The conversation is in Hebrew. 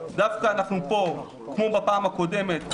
כמו בפעם הקודמת,